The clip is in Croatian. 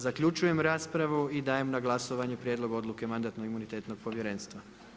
Zaključujem raspravu i dajem na glasovanje prijedlog odluke Mandatno-imunitetnog povjerenstva.